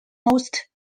most